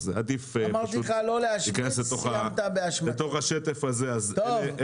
אז עדיף פשוט להיכנס לתוך השטף הזה --- אמרתי לך לא להשמיץ.